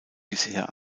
bisher